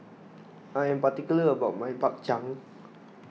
I am particular about my Bak Chang